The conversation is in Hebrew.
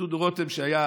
דודו רותם, שהיה